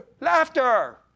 Laughter